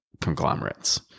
conglomerates